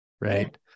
right